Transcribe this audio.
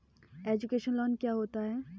Education loan क्या होता है?